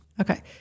Okay